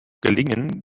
gelingen